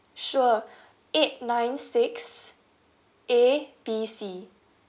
sure eight nine six A B C